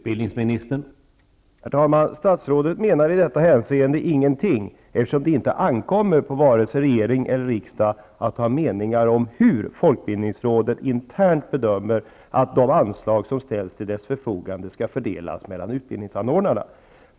Herr talman! Statsrådet menar i detta hänseende ingenting, eftersom det inte ankommer på vare sig regering eller riksdag att ha meningar om hur folkbildningsrådet internt bedömer att de anslag som ställs till dess förfogande skall fördelas mellan utbildningsanordnarna.